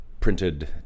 printed